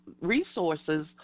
resources